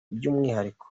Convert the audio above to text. by’umwihariko